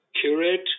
curate